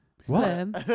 sperm